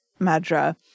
Madra